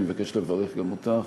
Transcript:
אני מבקש לברך גם אותך.